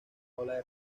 ola